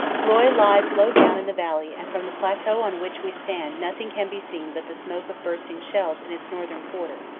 roye lies low down in the valley and from the plateau on which we stand nothing can be seen but the smoke of bursting shells in its northern quarter,